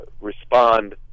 respond